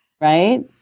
right